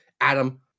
Adam